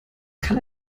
kann